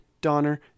Donner